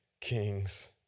kings